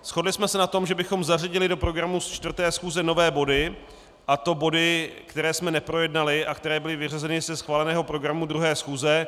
Shodli jsme se na tom, že bychom zařadili do programu 4. schůze nové body, a to body, které jsme neprojednali a které byly vyřazeny ze schváleného programu 2. schůze.